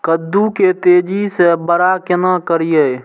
कद्दू के तेजी से बड़ा केना करिए?